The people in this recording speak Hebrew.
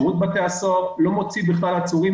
שירות בתי הסוהר לא מוציא בכלל עצורים